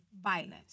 violence